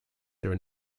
there